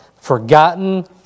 forgotten